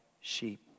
sheep